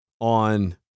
on